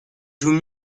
joue